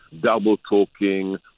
double-talking